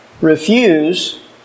refuse